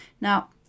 Now